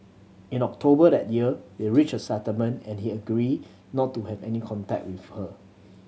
in October that year they reached a settlement and he agreed not to have any contact with her